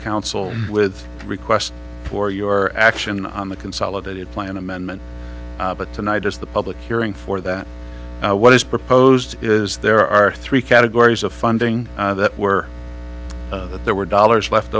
council with a request for your action on the consolidated plan amendment but tonight is the public hearing for that what is proposed is there are three categories of funding that were there were dollars left